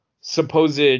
supposed